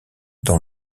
dans